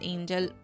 Angel